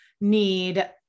need